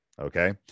Okay